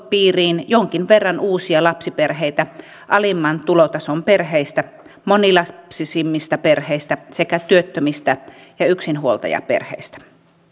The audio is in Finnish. piiriin jonkin verran uusia lapsiperheitä alimman tulotason perheistä monilapsisimmista perheistä sekä työttömistä ja yksinhuoltajaperheistä